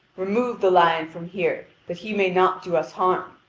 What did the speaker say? remove the lion from here that he may not do us harm.